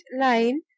line